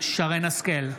שרן מרים השכל,